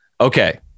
Okay